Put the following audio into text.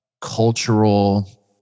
cultural